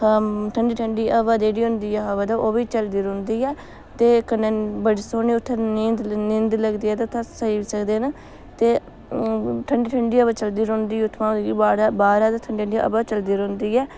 ठंडी ठंडी हवा जेह्ड़ी होंदी ऐ मतलब ओह् बी चलदी रौंह्दी ऐ ते कन्नै बड़ी सौह्नी उत्थें नींद नींद लगदी ऐ उत्थें सेई बी सकदे न ते ठंडी ठंडी हवा चलदी रौंह्दी उत्थुआं बाह्रै बाह्रै दी ठंडी ठंडी हवा रौंह्दी ऐ